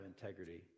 integrity